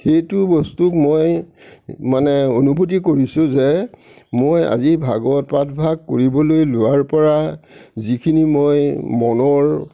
সেইটো বস্তু মই মানে অনুভূতি কৰিছোঁ যে মই আজি ভাগৱত পাঠভাগ কৰিবলৈ লোৱাৰপৰা যিখিনি মই মনৰ